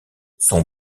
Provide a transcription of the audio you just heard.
son